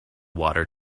water